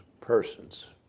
persons